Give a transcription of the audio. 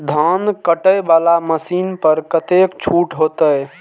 धान कटे वाला मशीन पर कतेक छूट होते?